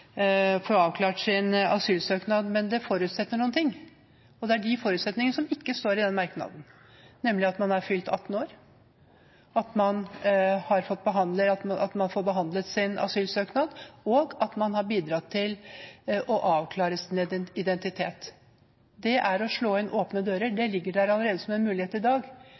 asylsøknad. Men det forutsetter en del ting, og det er de forutsetningene som ikke står i den merknaden, nemlig at man har fylt 18 år, at man får behandlet sin asylsøknad, og at man har bidratt til å avklare sin identitet. Det er å slå inn åpne dører, det ligger der allerede som en mulighet i dag.